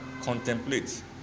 contemplate